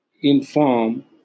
inform